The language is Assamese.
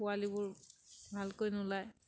পোৱালিবোৰ ভালকৈ নোলায়